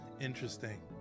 Interesting